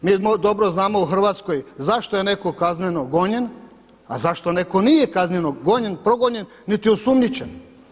Mi dobro znamo u Hrvatskoj zašto je neko kazneno gonjen, a zašto neko nije kazneno gonjen, progonjen niti osumnjičen.